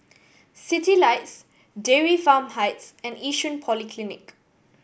Citylights Dairy Farm Heights and Yishun Polyclinic